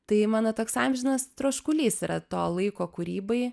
tai mano toks amžinas troškulys yra to laiko kūrybai